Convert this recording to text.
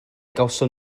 gawson